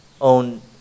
own